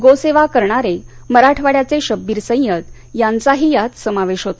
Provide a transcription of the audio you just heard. गोसेवा करणारे मराठवाड्याचे शब्बीर सैयद यांचाही यात समावेश होता